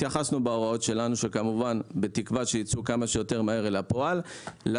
בהוראות שלנו שאני מקווה שייצאו כמה שיותר מהר לפועל ביקשנו